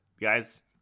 guys